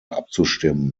abzustimmen